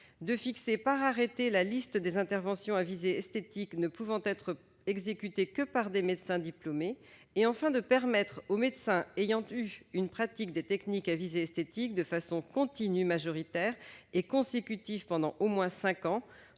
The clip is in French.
de fixer par arrêté la liste des interventions à visée esthétique ne pouvant être exécutées que par des médecins diplômés et, enfin, de permettre aux médecins ayant eu une pratique des techniques à visée esthétique, de façon continue, majoritaire et consécutive pendant au moins cinq ans,